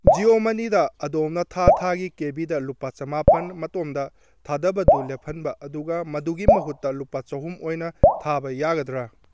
ꯖꯤꯌꯣ ꯃꯅꯤꯗ ꯑꯗꯣꯝꯅ ꯊꯥ ꯊꯥꯒꯤ ꯀꯦꯕꯤꯗ ꯂꯨꯄꯥ ꯆꯃꯥꯄꯜ ꯃꯇꯣꯝꯇ ꯊꯥꯗꯕꯗꯨ ꯂꯦꯞꯍꯟꯕ ꯑꯗꯨꯒ ꯃꯗꯨꯒꯤ ꯃꯍꯨꯠꯇ ꯂꯨꯄꯥ ꯆꯍꯨꯝ ꯑꯣꯏꯅ ꯊꯥꯕ ꯌꯥꯒꯗ꯭ꯔꯥ